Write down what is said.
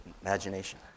imagination